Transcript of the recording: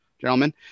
gentlemen